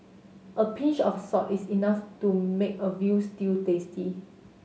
a pinch of salt is enough to make a veal stew tasty